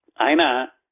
Aina